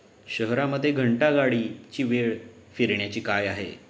शहरामध्ये घंटागाडीची वेळ फिरण्याची काय आहे